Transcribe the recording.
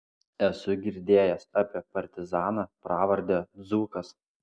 esu girdėjęs apie partizaną pravarde dzūkas